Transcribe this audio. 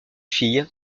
fille